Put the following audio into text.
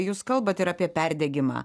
jūs kalbat ir apie perdegimą